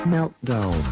Meltdown